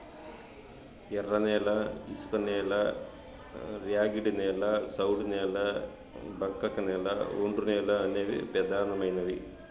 ఎర్రనేల, ఇసుకనేల, ర్యాగిడి నేల, సౌడు నేల, బంకకనేల, ఒండ్రునేల అనేవి పెదానమైనవి